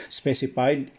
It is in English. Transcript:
specified